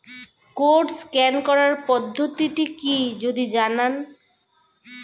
Code scan করার পদ্ধতিটি কি যদি জানান?